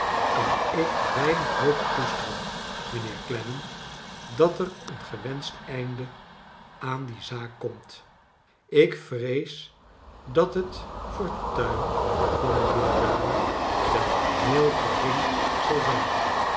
kan ik we i nig hoop koesteren mijnheer clennam dat er een gewenscht einde aan die zaak komt ik vrees dat het fortuin van die jonge dame wel heel gering zal zijn